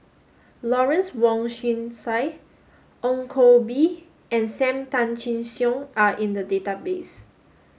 Lawrence Wong Shyun Tsai Ong Koh Bee and Sam Tan Chin Siong are in the database